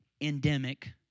endemic